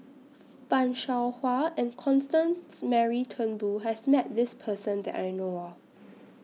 fan Shao Hua and Constance Mary Turnbull has Met This Person that I know of